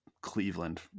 Cleveland